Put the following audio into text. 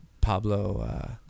Pablo